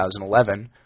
2011